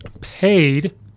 paid